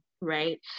right